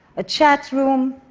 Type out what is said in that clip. a chat room,